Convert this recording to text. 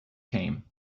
came